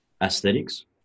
aesthetics